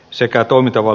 sekä tuomittava